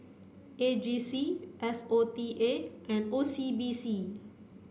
A G C S O T A and O C B C